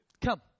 Come